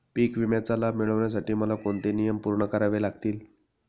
पीक विम्याचा लाभ मिळण्यासाठी मला कोणते नियम पूर्ण करावे लागतील?